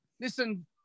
listen